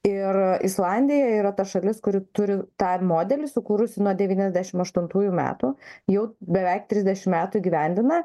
ir islandija yra ta šalis kuri turi tą modelį sukūrusi nuo devyniasdešim aštuntųjų metų jau beveik trisdešim metų įgyvendina